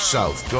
South